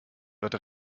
wird